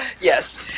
Yes